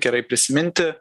gerai prisiminti